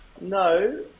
No